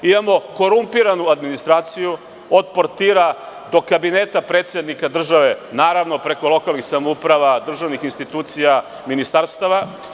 Imamo korumpiranu administraciju, od portira do Kabineta predsednika države, naravno preko lokalnih samouprava, državnih institucija, ministarstava.